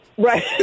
Right